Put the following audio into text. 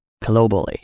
globally